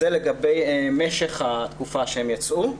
זה לגבי משך התקופה שהם יצאו.